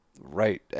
right